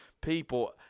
people